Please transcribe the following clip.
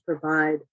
provide